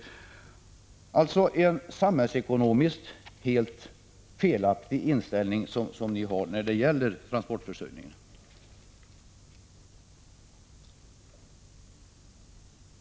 Det är alltså en samhällsekonomiskt helt felaktig inställning ni har när det gäller transportförsörjningen.